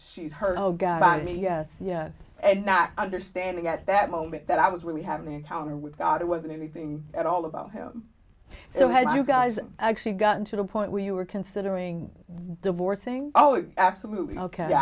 she's her no god me yes yes and not understanding at that moment that i was really having an encounter with god it wasn't anything at all about him you know had you guys actually gotten to the point where you were considering divorcing oh absolutely ok